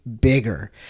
bigger